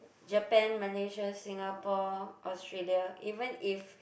Japan Malaysia Singapore Australia even if